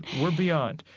we're beyond.